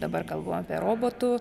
dabar kalbam apie robotų